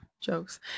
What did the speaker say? jokes